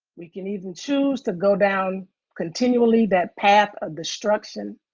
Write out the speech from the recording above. we can either choose to go down continually that path of destruction,